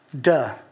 Duh